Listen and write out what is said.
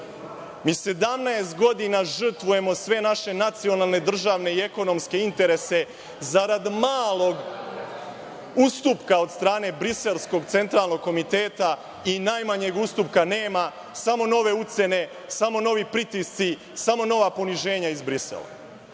Mi 17 godina žrtvujemo sve naše nacionalne, državne i ekonomske interese, zarad malog ustupka od strane briselskog centralnog komiteta. Ni najmanjeg ustupka nema, samo nove ucene, samo novi pritisci, samo nova poniženja iz Brisela. Verujte,